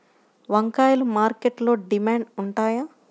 వంకాయలు మార్కెట్లో డిమాండ్ ఉంటాయా?